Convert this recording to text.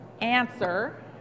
answer